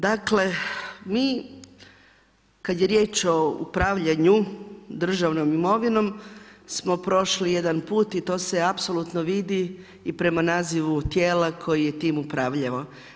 Dakle, mi kad je riječ o upravljanju državnom imovinom, smo prošli jedan put i to se apsolutno vidi i prema nazivu tijela koji je time upravljao.